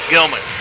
Gilman